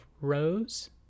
rows